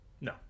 no